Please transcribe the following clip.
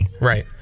right